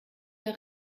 der